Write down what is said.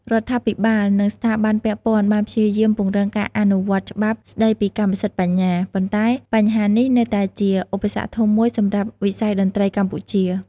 រដ្ឋាភិបាល និងស្ថាប័នពាក់ព័ន្ធបានព្យាយាមពង្រឹងការអនុវត្តច្បាប់ស្ដីពីកម្មសិទ្ធិបញ្ញា ប៉ុន្តែបញ្ហានេះនៅតែជាឧបសគ្គធំមួយសម្រាប់វិស័យតន្ត្រីកម្ពុជា។